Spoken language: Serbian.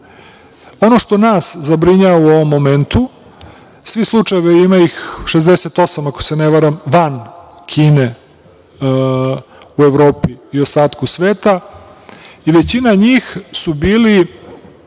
Ono što nas zabrinjava, u ovom momentu, svi slučajevi, ima ih 68, ako se ne varam van Kine, u Evropi i u ostatku sveta, i većina njih su bili,